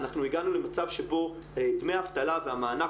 אנחנו הגענו למצב שבו דמי אבטלה והמענק,